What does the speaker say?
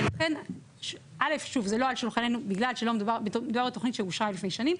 ולכן א' שוב זה לא על שולחננו בגלל שמדובר בתוכנית שאושרה לפני שנים,